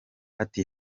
ati